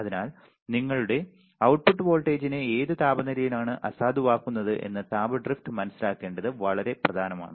അതിനാൽ നിങ്ങളുടെ output വോൾട്ടേജിനെ ഏത് താപനിലയാണ് അസാധുവാക്കുന്നത് എന്ന് താപ ഡ്രിഫ്റ്റ് മനസ്സിലാക്കേണ്ടത് വളരെ പ്രധാനമാണ്